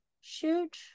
shoot